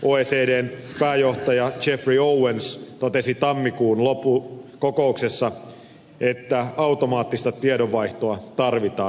oecdn pääjohtaja jeffrey owens totesi tammikuun kokouksessa että automaattista tiedonvaihtoa tarvitaan